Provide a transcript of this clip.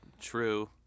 true